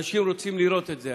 אנשים רוצים לראות את זה.